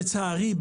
לצערי,